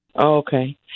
Okay